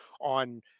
on